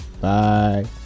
Bye